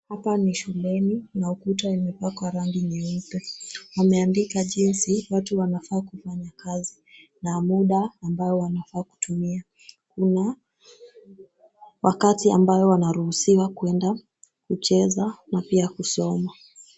Hapa ni shuleni na ukuta umepakwa rangi nyeupe. Wameandika jinsi watu wanafaa kufanya kazi na muda ambao wanafaa kutumia. Kuna wakati ambao wanaruhusiwa kwenda kucheza na pia kusoma.